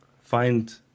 find